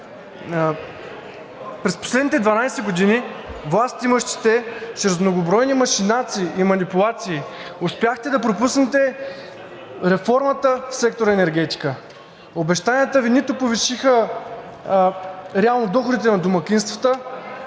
През последните 12 години властимащите чрез многобройни машинации и манипулации успяхте да пропуснете реформата в сектор „Енергетика“. Обещанията Ви реално нито повишиха доходите на домакинствата,